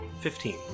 Fifteen